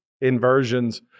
inversions